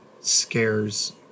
scares